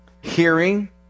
Hearing